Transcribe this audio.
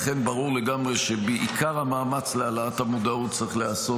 לכן ברור לגמרי שהמאמץ להעלאת המודעות צריך להיעשות